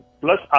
Plus